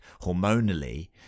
hormonally